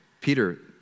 Peter